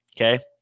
okay